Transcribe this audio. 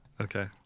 Okay